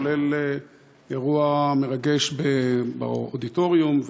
כולל אירוע מרגש באודיטוריום,